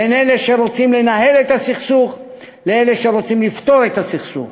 בין אלה שרוצים לנהל את הסכסוך לאלה שרוצים לפתור את הסכסוך.